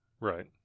right